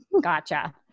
gotcha